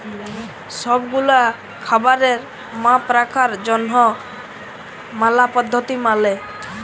সব গুলা খাবারের মাপ রাখার জনহ ম্যালা পদ্ধতি মালে